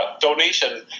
donation